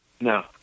No